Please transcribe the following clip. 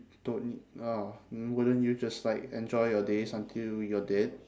don't need oh then wouldn't you just like enjoy your days until you're dead